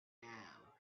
now